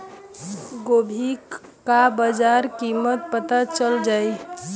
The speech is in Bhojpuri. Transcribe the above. गोभी का बाजार कीमत पता चल जाई?